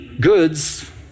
goods